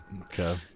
okay